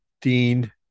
dean